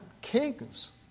Kings